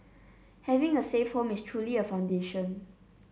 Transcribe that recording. having a safe home is truly a foundation